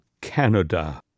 Canada